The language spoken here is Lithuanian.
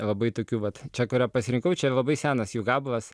labai tokių vat čia kurią pasirinkau čia yra labai senas jų gabalas